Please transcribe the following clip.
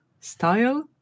style